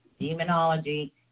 Demonology